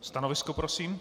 Stanovisko prosím?